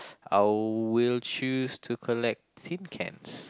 I will choose to collect tin cans